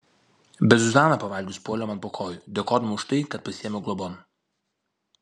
bet zuzana pavalgius puolė man po kojų dėkodama už tai kad pasiėmiau globon